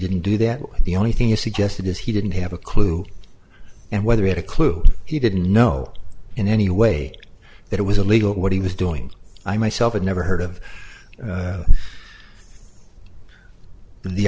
didn't do that the only thing you suggested is he didn't have a clue and whether he had a clue he didn't know in any way that it was illegal what he was doing i myself had never heard of